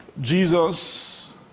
Jesus